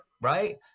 right